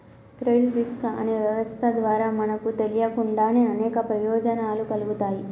credit risk అనే వ్యవస్థ ద్వారా మనకు తెలియకుండానే అనేక ప్రయోజనాలు కల్గుతాయి